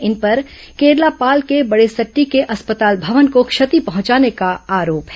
इन पर केरलापाल के बड़ेसट्टी के अस्पताल भवन को क्षति पहुंचाने का आरोप है